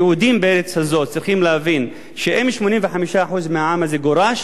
היהודים בארץ הזאת צריכים להבין שאם 85% מהעם הזה גורשו,